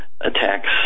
Attacks